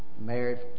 Married